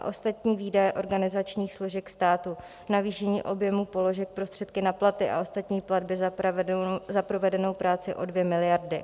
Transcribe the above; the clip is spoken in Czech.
Ostatní výdaje organizačních složek státu navýšení objemu položek Prostředky na platy a ostatní platby za provedenou práci o 2 miliardy.